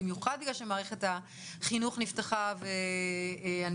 במיוחד בגלל שמערכת החינוך נפתחה ואני